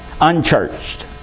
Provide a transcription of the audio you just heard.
unchurched